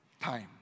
time